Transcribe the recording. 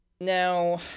now